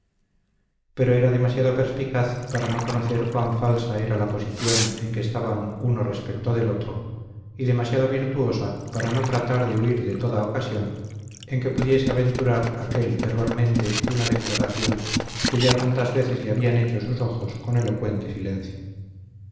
pero era demasiado perspicaz para no conocer cuán falsa era la posición en que estaban uno respecto de otro y demasiado virtuosa para no tratar de huir de toda ocasión en que pudiese aventurar aquél verbalmente una declaración que ya tantas veces le habían hecho sus ojos con elocuente silencio